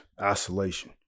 isolation